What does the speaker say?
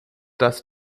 das